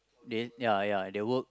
they ya ya they will